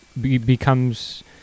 becomes